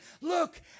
look